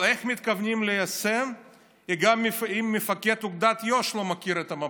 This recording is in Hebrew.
אבל איך מתכוונים ליישם גם אם מפקד אוגדת יו"ש לא מכיר את המפות?